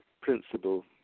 principal